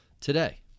today